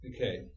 Okay